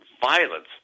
violence